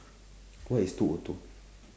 what is two O two